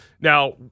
Now